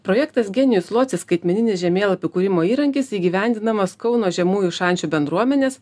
projektas genijus loci skaitmeninis žemėlapių kūrimo įrankis įgyvendinamas kauno žemųjų šančių bendruomenės